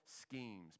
schemes